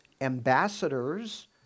ambassadors